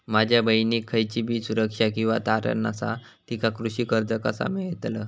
माझ्या बहिणीक खयचीबी सुरक्षा किंवा तारण नसा तिका कृषी कर्ज कसा मेळतल?